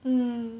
mm